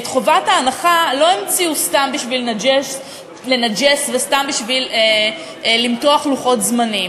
את חובת ההנחה לא המציאו סתם בשביל לנג'ס וסתם בשביל למתוח לוחות זמנים.